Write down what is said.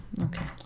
Okay